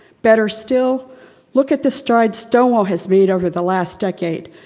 better still look at the strides stonewall has made over the last decade,